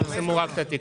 אני מכיר רק את התקרה.